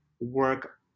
work